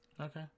Okay